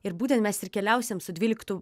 ir būtent mes ir keliausim su dvyliktu